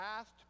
asked